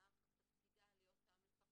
שממלאת את תפקידה להיות המפקחת,